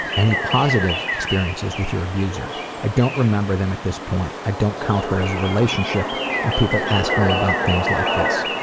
any positive experiences with your abuser? i don't remember them at this point, i don't count her as a relationship when people ask me about things like this.